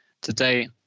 Today